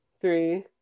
three